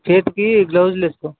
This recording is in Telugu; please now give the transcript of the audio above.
చేతికి గ్లవ్స్ వేసుకో